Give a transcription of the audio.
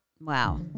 Wow